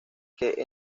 que